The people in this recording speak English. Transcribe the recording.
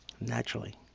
naturally